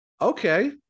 okay